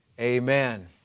amen